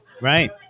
right